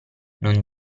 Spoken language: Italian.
non